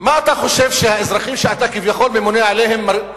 מה אתה חושב שהאזרחים שאתה כביכול ממונה עליהם,